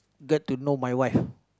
get to know my wife